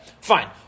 fine